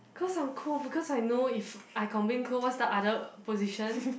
cause I'm cold because I know if I complain cold what's the other position